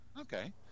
okay